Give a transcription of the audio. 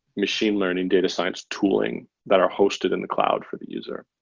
machine learning data science tooling that are hosted in the cloud for the user.